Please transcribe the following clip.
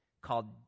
called